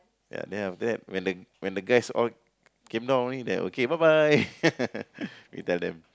ya then after that when the when the guys all came down only then okay bye bye we tell them